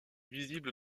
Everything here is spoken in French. visible